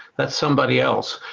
that's somebody else.